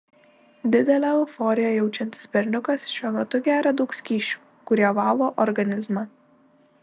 didelę euforiją jaučiantis berniukas šiuo metu geria daug skysčių kurie valo organizmą